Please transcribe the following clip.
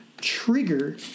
trigger